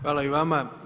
Hvala i vama.